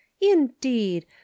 indeed